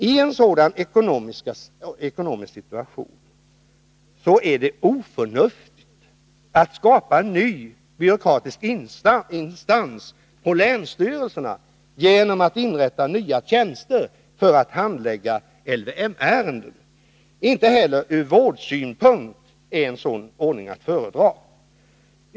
I en sådan ekonomisk situation är det oförnuftigt att skapa en ny byråkratisk instans på länsstyrelsen genom att inrätta nya tjänster för att handlägga LVM-ärenden. Inte heller ur vårdsynpunkt är en sådan ordning att föredra.